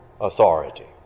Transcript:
authority